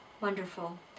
Wonderful